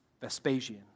Vespasian